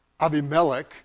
Abimelech